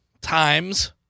times